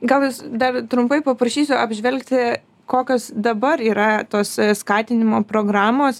gal jus dar trumpai paprašysiu apžvelgti kokios dabar yra tos skatinimo programos